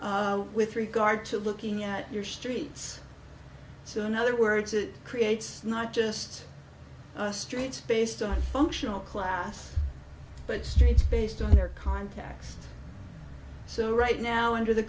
elements with regard to looking at your streets so in other words it creates not just a straight based on functional class but streets based on their contacts so right now under the